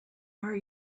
are